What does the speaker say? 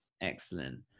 excellent